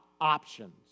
options